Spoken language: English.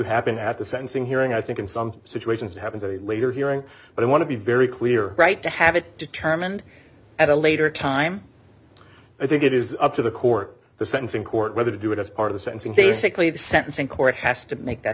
happen at the sentencing hearing i think in some situations it happens at a later hearing but i want to be very clear right to have it determined at a later time i think it is up to the court the sentencing court whether to do it as part of the sentencing basically the sentencing court has to make that